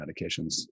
medications